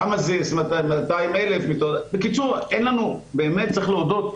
כמה זה 200,000. בקיצור באמת צריך להודות,